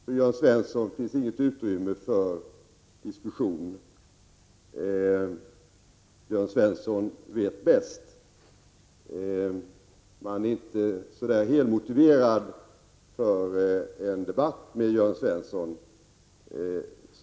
För Jörn Svensson finns det inget utrymme för diskussion — Jörn Svensson vet bäst. Man blir mot den bakgrunden initialt inte särskilt motiverad för en debatt med Jörn Svensson.